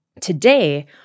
Today